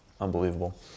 Unbelievable